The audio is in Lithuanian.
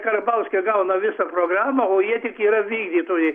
karbauskio gauna visą programą o jie tik yra vykdytojai